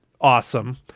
awesome